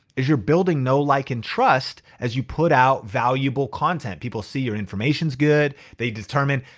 is you're building know, like and trust as you put out valuable content. people see your information's good, they determine,